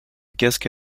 casque